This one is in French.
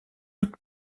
toute